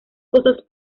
cosas